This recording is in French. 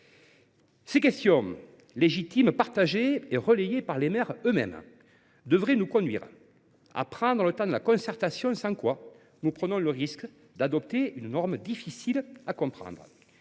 telles questions, légitimes, partagées et relayées par les maires eux mêmes, devraient nous conduire à prendre le temps de la concertation, faute de quoi nous risquerions d’adopter une norme difficile à comprendre.